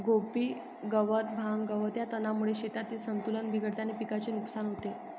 कोबी गवत, भांग, गवत या तणांमुळे शेतातील संतुलन बिघडते आणि पिकाचे नुकसान होते